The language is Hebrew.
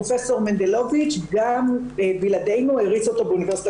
פרופ' מנדלוביץ' גם בלעדינו הריץ אותו באוניברסיטת